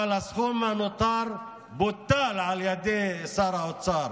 אבל הסכום הנותר בוטל על ידי שר האוצר.